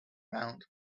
round